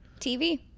TV